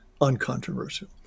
uncontroversial